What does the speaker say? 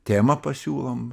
temą pasiūlom